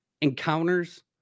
encounters